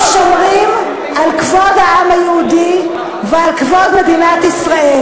אנחנו שומרים על כבוד העם היהודי ועל כבוד מדינת ישראל.